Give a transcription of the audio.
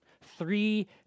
Three